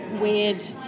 weird